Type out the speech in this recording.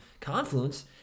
Confluence